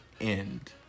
End